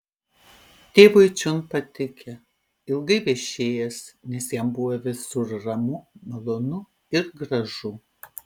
tėvui čion patikę ilgai viešėjęs nes jam buvę visur ramu malonu ir gražu